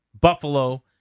Buffalo